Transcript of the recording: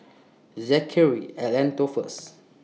Zackery At Lentor First